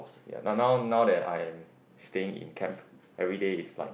ya now now now there I'm staying in camp everyday is like